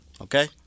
okay